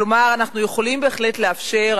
כלומר אנחנו יכולים בהחלט לאפשר,